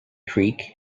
creek